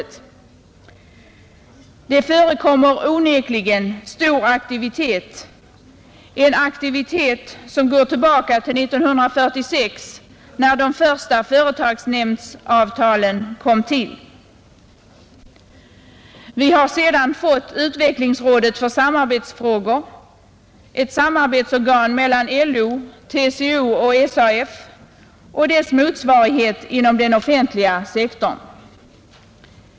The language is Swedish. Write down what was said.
Onekligen förekommer det stor aktivitet, som går tillbaka till 1946, när de första företagsnämndsavtalen kom till. Sedan har vi fått utvecklingsrådet för samarbetsfrågor, ett samarbetsorgan mellan LO, TCO och SAF, och dess motsvarighet inom den offentliga sektorn.